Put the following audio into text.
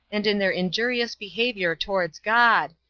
and in their injurious behavior towards god,